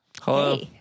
Hello